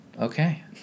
Okay